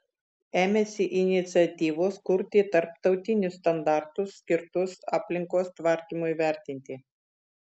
ėmėsi iniciatyvos kurti tarptautinius standartus skirtus aplinkos tvarkymui vertinti